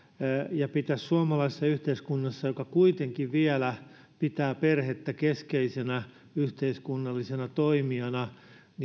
ja pitäisi suomalaisessa yhteiskunnassa joka kuitenkin vielä pitää perhettä keskeisenä yhteiskunnallisena toimijana